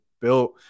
built